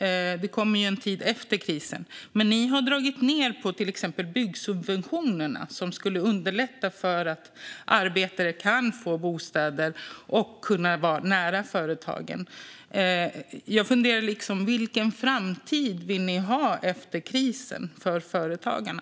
Det kommer ju en tid efter krisen. Men ni har dragit ned på till exempel byggsubventionerna, som skulle underlätta för arbetare att få bostäder och vara nära företagen. Vilken framtid vill ni ha efter krisen för företagarna?